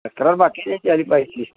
तक्रार बाकीच्यांची आली पाहिजे